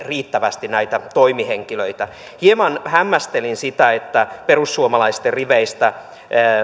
riittävästi näitä toimihenkilöitä hieman hämmästelin sitä että perussuomalaisten riveistä